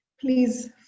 please